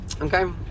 okay